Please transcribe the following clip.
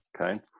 okay